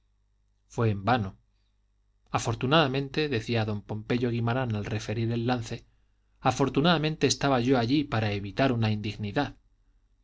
fue en vano afortunadamente decía don pompeyo guimarán al referir el lance afortunadamente estaba yo allí para evitar una indignidad